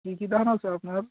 কী কী ধান আছে আপনার